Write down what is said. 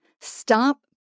stop